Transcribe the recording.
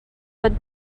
van